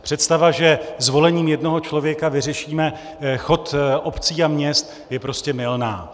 Představa, že zvolením jednoho člověka vyřešíme chod obcí a měst, je prostě mylná.